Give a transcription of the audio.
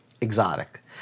exotic